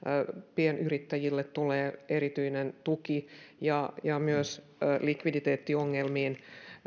pienyrittäjille tulee erityinen tuki ja myös likviditeettiongelmiin